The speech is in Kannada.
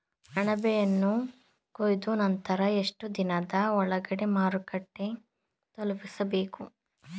ಅಣಬೆಯನ್ನು ಕೊಯ್ದ ನಂತರ ಎಷ್ಟುದಿನದ ಒಳಗಡೆ ಮಾರುಕಟ್ಟೆ ತಲುಪಿಸಬೇಕು?